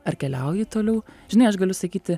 ar keliauji toliau žinai aš galiu sakyti